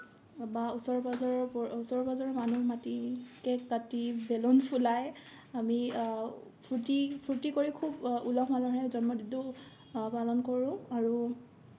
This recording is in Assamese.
বা ওচৰ পাজৰৰ ওচৰৰ পাজৰৰ মানুহ মাতি কেক কাটি বেলুন ফুলাই আমি ফুৰ্তি ফুৰ্তি কৰি খুব উলহ মালহেৰে জন্মদিনটো পালন কৰোঁ আৰু